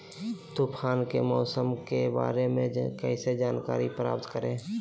तूफान के मौसम के बारे में कैसे जानकारी प्राप्त करें?